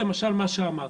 למשל מה שאמרת.